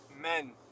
men